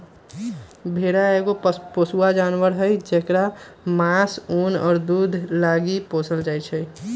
भेड़ा एगो पोसुआ जानवर हई जेकरा मास, उन आ दूध लागी पोसल जाइ छै